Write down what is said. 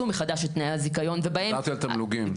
מחדש את תנאי הזיכיון --- דיברתי על תמלוגים.